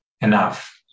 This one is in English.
enough